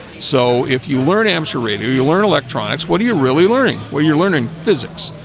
so if you learn amateur radio you learn electronics. what are you really learning? well, you're learning physics,